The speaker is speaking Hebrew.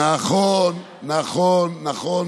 נכון, נכון, נכון.